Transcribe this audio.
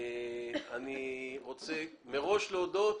אני מראש רוצה להודות,